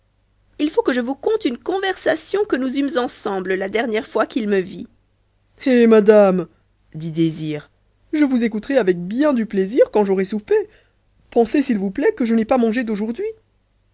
il faut que je vous conte une conversation que nous eûmes ensemble la dernière fois qu'il me vit hé madame dit désir je vous écouterai avec bien du plaisir quand j'aurai soupé pensez s'il vous plaît que je n'ai pas mangé d'aujourd'hui